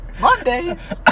Mondays